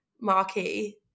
marquee